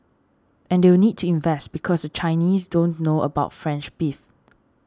and they'll need to invest because the Chinese don't know about French beef